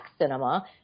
cinema